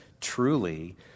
truly